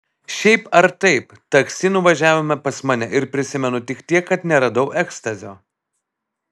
šiaip ar taip taksi nuvažiavome pas mane ir prisimenu tik tiek kad neradau ekstazio